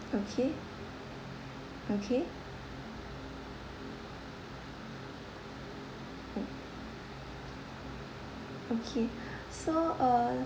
okay okay okay so uh